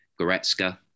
Goretzka